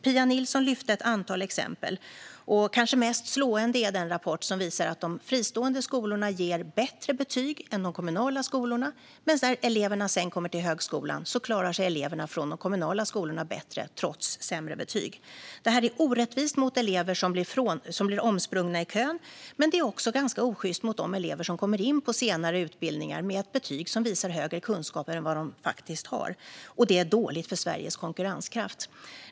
Pia Nilsson tog upp ett antal exempel - kanske mest slående är den rapport som visar att de fristående skolorna ger bättre betyg än de kommunala skolorna men att eleverna från de kommunala skolorna klarar sig bättre när de sedan kommer till högskolan, trots sämre betyg. Detta är orättvist mot elever som blir omsprungna i kön, men det är också ganska osjyst mot de elever som kommer in på senare utbildningar med ett betyg som visar större kunskaper än vad de faktiskt har. Det är även dåligt för Sveriges konkurrenskraft.